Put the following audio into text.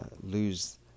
lose